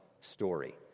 story